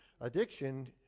Addiction